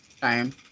time